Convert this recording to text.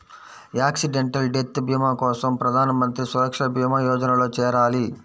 accidental death భీమా కోసం ప్రధాన్ మంత్రి సురక్షా భీమా యోజనలో చేరాలి